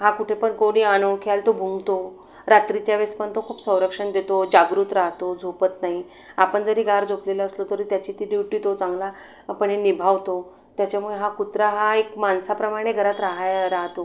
हा कुठेपण कोणी अनोळखी आलं तर भुंकतो रात्रीच्या वेळेस पण तो खूप संरक्षण देतो जागृत राहतो झोपत नाही आपण जरी गार झोपलेलो असलो तरी त्याची ती ड्यूटी तो चांगल्यापणे निभावतो त्याच्यामुळे हा कुत्रा हा एक माणसाप्रमाणे घरात राहाय राहतो